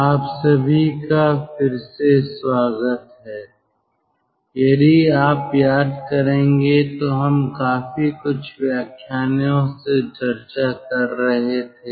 आप सभी का फिर से स्वागत है यदि आप याद करेंगे तो हम काफी कुछ व्याख्यानों से चर्चा कर रहे थे